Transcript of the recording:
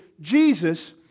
Jesus